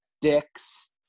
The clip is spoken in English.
dicks